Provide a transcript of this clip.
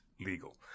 legal